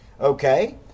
okay